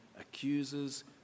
accuses